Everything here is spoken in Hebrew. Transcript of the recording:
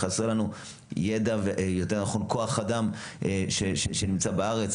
חסר לנו כוח אדם שנמצא בארץ.